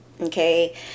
okay